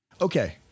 Okay